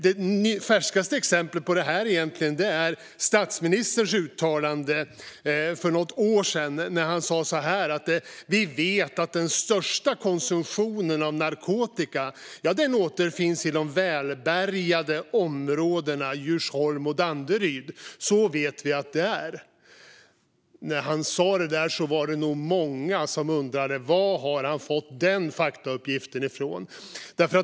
Det färskaste exemplet på detta är egentligen statsministerns uttalande för något år sedan, då han sa: Vi vet att den största konsumtionen av narkotika återfinns i de välbärgade områdena Djursholm och Danderyd. Så vet vi att det är. När han sa det var det nog många som undrade var han hade fått den faktauppgiften ifrån.